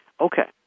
Okay